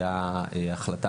הייתה החלטה,